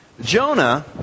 Jonah